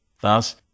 Thus